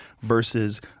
versus